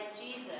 Jesus